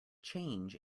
change